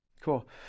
Cool